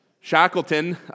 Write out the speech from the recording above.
Shackleton